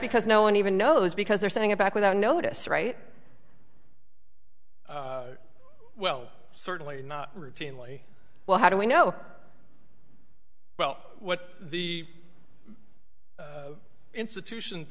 because no one even knows because they're saying a back without notice right well certainly not routinely well how do we know well what the institution